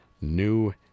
new